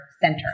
center